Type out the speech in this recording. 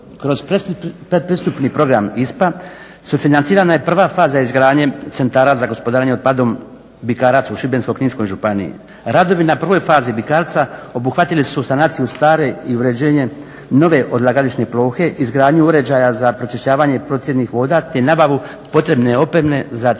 kod pred pristupni program ISPA sufinancirana je prva faza izgradnje centara za gospodarenje otpadom Bikarac u Šibensko-Kninskoj županiji. Radovi na prvoj fazi Bikarca obuhvatili su sanaciju stare i uređenje nove odlagališne plohe, izgradnju uređaja za pročišćavanje otpadnih voda te nabavu potrebne opreme za centar